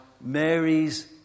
Mary's